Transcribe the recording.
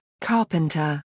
Carpenter